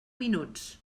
minuts